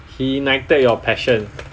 he ignited your passion